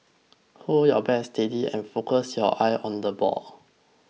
hold your bat steady and focus your eyes on the ball